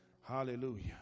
Hallelujah